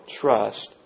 trust